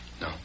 No